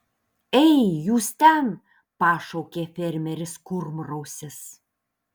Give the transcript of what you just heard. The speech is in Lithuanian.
ei jūs ten pašaukė fermeris kurmrausis